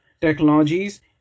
technologies